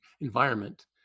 environment